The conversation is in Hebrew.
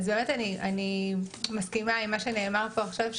אני מסכימה עם מה שנאמר פה עכשיו,